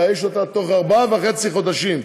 לאייש אותה בתוך ארבעה וחצי חודשים.